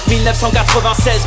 1996